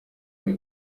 mibi